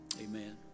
amen